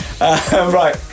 Right